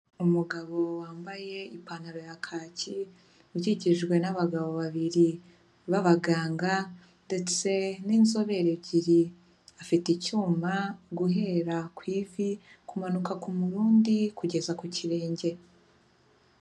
Umugabo wambaye ipantaro ya kaki, ukikijwe n'abagabo babiri b'abaganga ndetse n'inzobere ebyiri, afite icyuma guhera ku ivi kumanuka ku murundi kugeza ku kirenge.